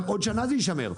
עוד שנה הוא יישמר.